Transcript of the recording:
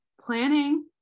planning